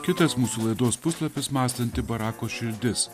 kitas mūsų laidos puslapis mąstanti barako širdis